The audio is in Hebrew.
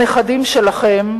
הנכדים שלכם,